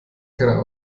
keine